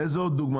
תני לי עוד דוגמה.